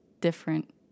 different